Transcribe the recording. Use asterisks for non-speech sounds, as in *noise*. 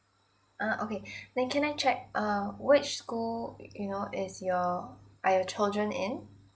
ah okay *breath* then can I check uh which school you know is your are your children in